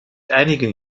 einigen